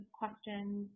questions